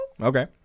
Okay